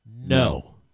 No